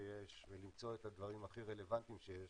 שיש ולמצוא את הדברים הכי רלוונטיים שיש,